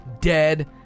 Dead